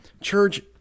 church